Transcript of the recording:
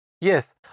Yes